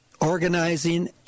organizing